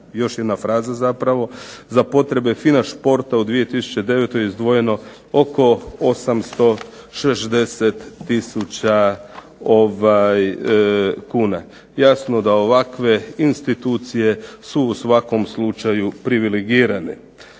još jedna fraza zapravo, za potrebe FINA športa u 2009. izdvojeno oko 860 tisuća kuna. Jasno da ovakve institucije su u svakom slučaju privilegirane.